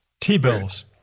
T-bills